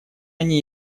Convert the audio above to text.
они